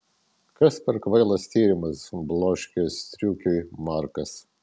kas per kvailas tyrimas bloškė striukiui markas